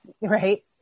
Right